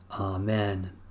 Amen